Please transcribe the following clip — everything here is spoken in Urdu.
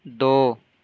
دو